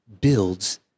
builds